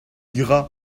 ira